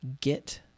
get